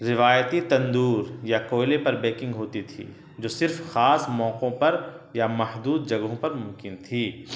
روایتی تندور یا کوئلے پر بیکنگ ہوتی تھی جو صرف خاص موقعوں پر یا محدود جگہوں پر ممکن تھی